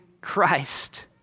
Christ